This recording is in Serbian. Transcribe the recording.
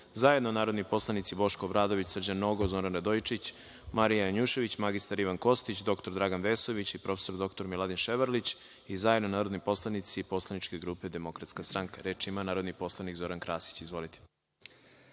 zajedno narodni poslanici Boško Obradović, Srđan Nogo, Zoran Radojičić, Marija Janjušević, mr Ivan Kostić, dr Dragan Vesović i prof. dr Miladin Ševarlić i zajedno narodni poslanici Poslaničke grupe Demokratska stranka. Reč ima narodna poslanica Vjerica Radeta. Izvolite.